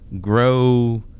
grow